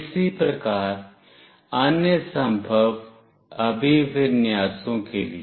इसी प्रकार अन्य संभव अभिविन्यासों के लिए